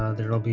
ah there will be